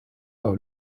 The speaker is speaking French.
par